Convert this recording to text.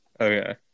Okay